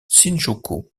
shinjuku